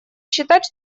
считать